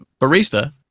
barista